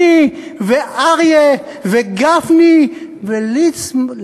אני ואריה וגפני וליצמן,